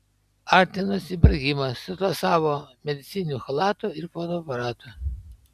artinosi ibrahimas su tuo savo medicininiu chalatu ir fotoaparatu